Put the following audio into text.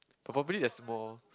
probably there's more